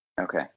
Okay